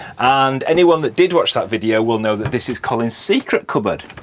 and anyone that did watch that video will know that this is colin's secret cupboard.